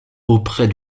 auprès